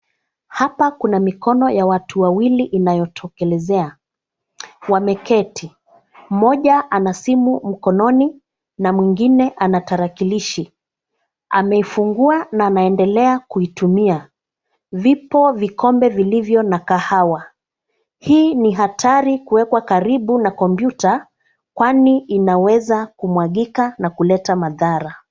Hapa kuna mikono ya watu wawilili inayotokelezea, wameketi. Mmoja ana simu mkononi na mwengine ana tarakilishi. Ameifungua na anaendelea kuitumia. Vipo vikombe vilivyo na kahawa. Hii ni hatari kuwekwa karibu na kompyuta kwani inaweza kumwagika na kuleta madhara.